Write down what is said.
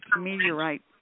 meteorite